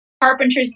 carpenters